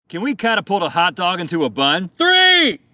can we catapult a hot dog into a bun? three,